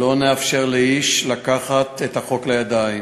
לא נאפשר לאיש לקחת את החוק לידיים,